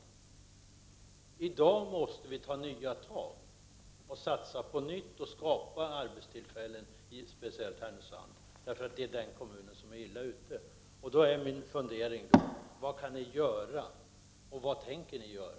Vi måste i dag ta nya tag, satsa på nytt och skapa arbetstillfällen speciellt i Härnösand, en kommun som är illa ute. Jag undrar därför vad ni kan göra och vad ni tänker göra.